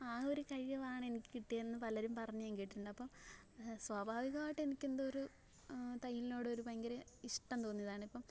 ആ ഒരു കഴിവാണ് എനിക്ക് കിട്ടിയെന്ന് പലരും പറഞ്ഞു ഞാൻ കേട്ടിട്ടുണ്ട് അപ്പം സ്വാഭാവികവായിട്ട് എനിക്ക് എന്തൊരു തയ്യലിനോട് ഒരു ഭയങ്കര ഇഷ്ടം തോന്നിയതാണ് ഇപ്പം